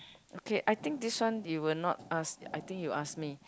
okay I think this one you will not ask I think you ask me